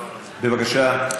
בבקשה.